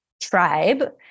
tribe